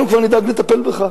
אנחנו כבר נדאג לטפל בך.